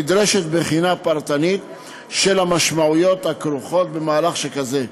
נדרשת בחינה פרטנית של המשמעויות הכרוכות במהלך כזה,